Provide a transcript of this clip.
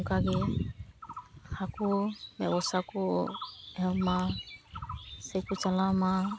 ᱚᱱᱠᱟ ᱜᱮ ᱦᱟᱹᱠᱩ ᱵᱮᱵᱚᱥᱟ ᱠᱚ ᱮᱦᱚᱵ ᱢᱟ ᱥᱮᱠᱚ ᱪᱟᱞᱟᱣ ᱢᱟ